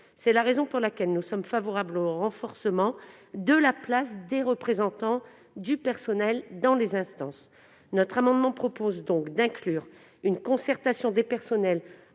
C'est la raison pour laquelle nous sommes favorables au renforcement de la place des représentants du personnel dans les instances. Par cet amendement, nous proposons d'inclure une concertation avec les personnels